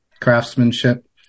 craftsmanship